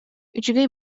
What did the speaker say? үчүгэй